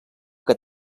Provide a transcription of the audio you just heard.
que